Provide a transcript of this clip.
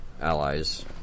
allies